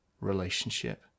relationship